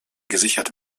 gesichert